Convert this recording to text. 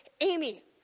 Amy